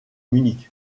munich